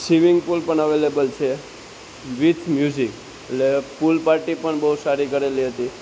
swimming pool પણ available છે with music એટલે પુલ પાર્ટી પણ બહુ સારી કરેલી હતી